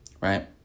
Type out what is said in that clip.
right